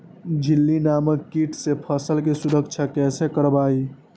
इल्ली नामक किट से फसल के सुरक्षा कैसे करवाईं?